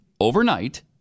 overnight